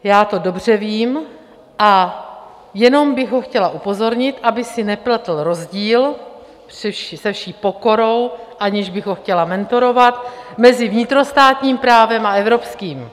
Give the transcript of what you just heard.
Já to dobře vím a jenom bych ho chtěla upozornit, aby si nepletl rozdíl se vší pokorou, aniž bych ho chtěla mentorovat mezi vnitrostátním právem a evropským.